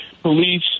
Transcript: police